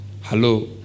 Hello